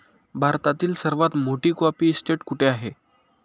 भारतातील सर्वात मोठी कॉफी इस्टेट कुठे आहे?